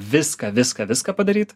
viską viską viską padaryt